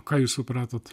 ką jūs supratote